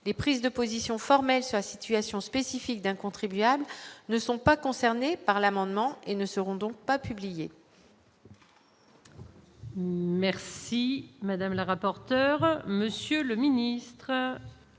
les prises de position formelle, sa situation spécifique d'un contribuable ne sont pas concernés par l'amendement et ne seront donc pas publié. Merci madame la rapporteure, monsieur le ministre,